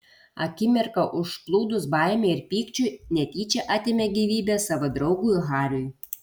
akimirką užplūdus baimei ir pykčiui netyčia atėmė gyvybę savo draugui hariui